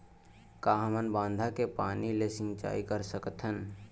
का हमन बांधा के पानी ले सिंचाई कर सकथन?